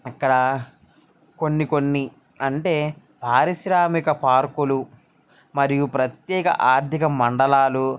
అక్కడ కొన్ని కొన్ని అంటే పారిశ్రామిక పార్కులు మరియు ప్రత్యేక ఆర్థిక మండలాలు